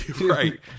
Right